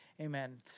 amen